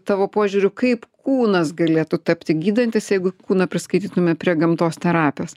tavo požiūriu kaip kūnas galėtų tapti gydantis jeigu kūną priskaitytume prie gamtos terapijos